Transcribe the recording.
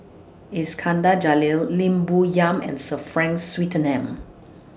Iskandar Jalil Lim Bo Yam and Sir Frank Swettenham